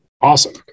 awesome